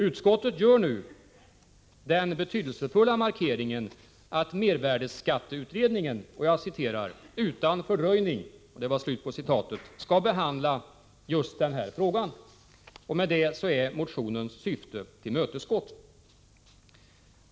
Utskottet gör nu den betydelsefulla markeringen att mervärdeskatteutredningen ”utan fördröjning” skall behandla just denna fråga. Med det är motionens syfte tillmötesgått.